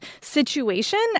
situation